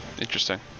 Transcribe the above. Interesting